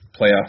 playoff